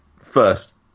first